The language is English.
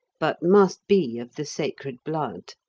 but must be of the sacred blood.